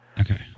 Okay